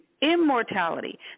Immortality